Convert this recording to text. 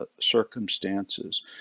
circumstances